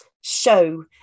show